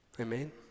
Amen